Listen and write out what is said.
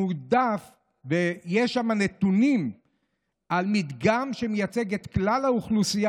יש נתונים ממדגם שמייצג את כלל האוכלוסייה